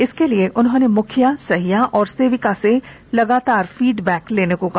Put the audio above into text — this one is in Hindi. इसके लिए उन्होंने मुखिया सहिया और सेविका से लगातार फीडबैक लेने को कहा